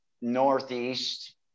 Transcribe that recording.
northeast